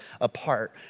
apart